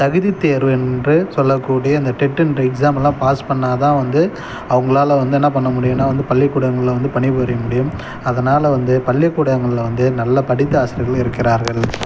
தகுதித் தேர்வு என்று சொல்லக்கூடிய இந்த டெட்டுன்ற எக்ஸாமெல்லாம் பாஸ் பண்ணால் தான் வந்து அவங்களால் வந்து என்ன பண்ண முடியுன்னால் வந்து பள்ளிக்கூடங்களில் வந்து பணிபுரிய முடியும் அதனால் வந்து பள்ளிக்கூடங்களில் வந்து நல்ல படித்த ஆசிரியர்கள் இருக்கிறார்கள்